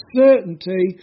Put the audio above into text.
certainty